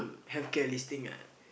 healthcare listing ah